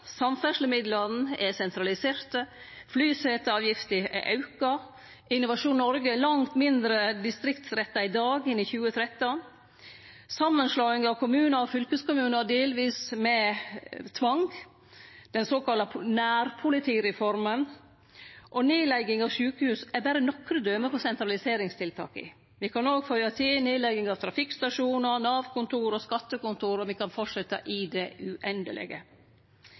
samferdslemidlane er sentraliserte, flyseteavgifta er auka, Innovasjon Noreg er langt mindre distriktsretta i dag enn i 2013. Samanslåing av kommunar og fylkeskommunar, og delvis med tvang, den såkalla nærpolitireforma og nedlegging av sjukehus er berre nokre døme på sentraliseringstiltaka. Me kan òg føye til nedlegging av trafikkstasjonar, Nav-kontor og skattekontor, og me kan fortsetje i det uendelege.